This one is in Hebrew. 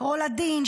רולדין,